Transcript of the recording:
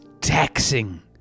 taxing